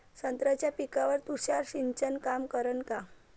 संत्र्याच्या पिकावर तुषार सिंचन काम करन का?